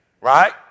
right